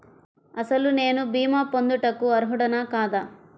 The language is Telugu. అసలు నేను భీమా పొందుటకు అర్హుడన కాదా?